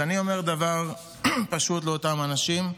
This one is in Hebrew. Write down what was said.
אז אני אומר דבר פשוט לאותם אנשים: